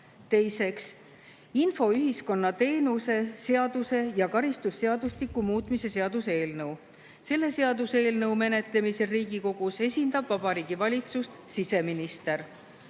Teiseks, infoühiskonna teenuse seaduse ja karistusseadustiku muutmise seaduse eelnõu. Selle seaduseelnõu menetlemisel Riigikogus esindab Vabariigi Valitsust siseminister.